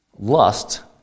Lust